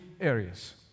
areas